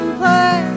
play